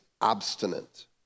obstinate